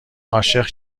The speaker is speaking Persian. عاشق